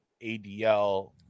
ADL